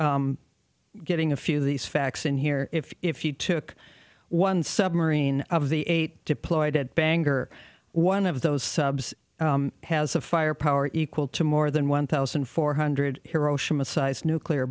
for getting a few of these facts in here if you took one submarine of the eight deployed at bangor one of those subs has a firepower equal to more than one thousand four hundred hiroshima sized nuclear